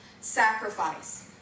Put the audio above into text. Sacrifice